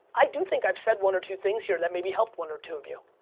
i do think i've said one or two things here that maybe helped one or two of you,